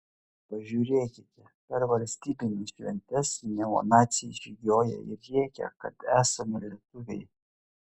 pažiūrėkite per valstybines šventes neonaciai žygiuoja ir rėkia kad esame lietuviai